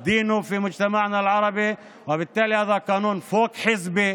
לכן החוק הזה הוא חוק אנושי מהדרגה הראשונה,